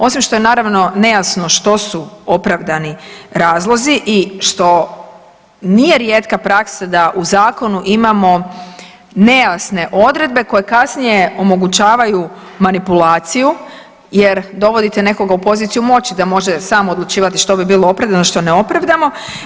Osim što je naravno nejasno što su opravdani razlozi i što nije rijetka praksa da u zakonu imamo nejasne odredbe koje kasnije omogućavaju manipulaciju, jer dovodite nekoga u poziciju moći da može sam odlučivati što bi bilo opravdano, što neopravdano.